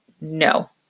no